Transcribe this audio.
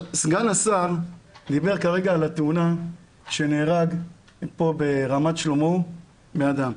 סגן השר דיבר כרגע על התאונה שנהרג פה ברמת שלמה בן אדם,